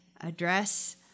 address